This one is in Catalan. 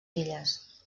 filles